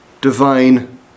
divine